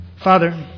Father